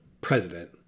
president